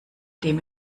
dem